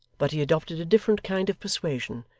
but he adopted a different kind of persuasion,